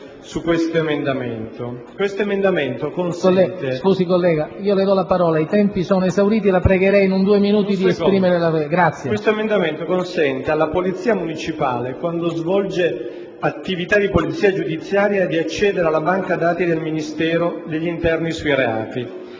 esame. Esso consente alla polizia municipale, quando svolge attività di polizia giudiziaria, di accedere alla banca dati del Ministero dell'interno sui reati.